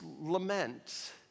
lament